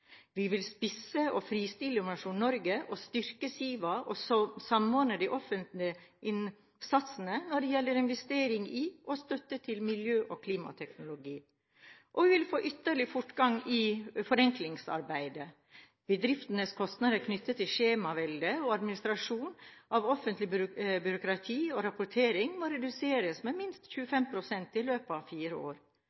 Vi vil spisse og fristille Innovasjon Norge, styrke SIVA og samordne den offentlige innsatsen når det gjelder investering i og støtte til miljø- og klimateknologi. Og vi vil få ytterligere fortgang i forenklingsarbeidet. Bedriftenes kostnader knyttet til skjemavelde og administrasjon av offentlig byråkrati og rapportering må reduseres med minst